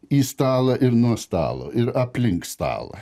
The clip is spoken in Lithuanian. į stalą ir nuo stalo ir aplink stalą